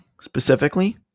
specifically